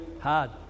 hard